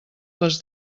les